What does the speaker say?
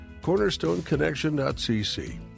cornerstoneconnection.cc